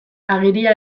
agiria